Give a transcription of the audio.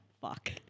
Fuck